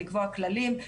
לקבוע כללים,